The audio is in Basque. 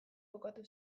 kokatu